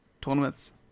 tournaments